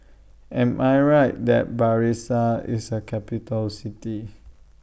Am I Right that Brasilia IS A Capital City